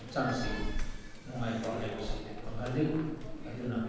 ꯍꯛꯆꯥꯡꯁꯤ ꯅꯨꯡꯉꯥꯏꯕ ꯍꯥꯏꯕꯁꯤ ꯐꯪꯍꯜꯂꯤ ꯑꯗꯨꯅ